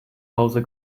hause